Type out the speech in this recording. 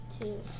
Two